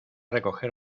recoger